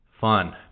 Fun